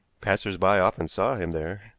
passers-by often saw him there,